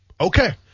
Okay